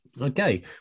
Okay